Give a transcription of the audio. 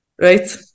right